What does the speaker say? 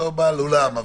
לא בעל אולם,